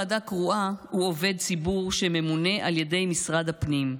ראש ועדה קרואה הוא עובד ציבור שממונה על ידי משרד הפנים.